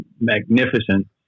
magnificent